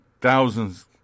thousands